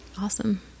awesome